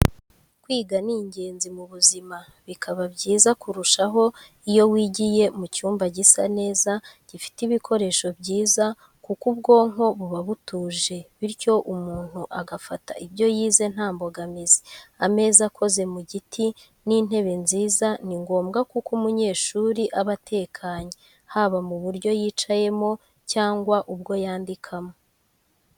Kwiga ni ingenzi mu buzima, bikaba byiza kurushaho iyo wigiye mu cyumba gisa neza, gifite ibikoresho byiza kuko ubwonko buba butuje bityo umuntu agafata ibyo yize nta mbogamizi. Ameza akoze mu giti n'intebe nziza ni ngombwa kuko umunyeshuri aba atekanye, haba mu buryo yicayemo cyangwa ubwo yandikamo.